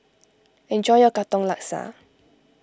enjoy your Katong Laksa